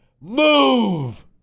move